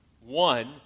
One